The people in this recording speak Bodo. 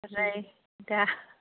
ओरै दा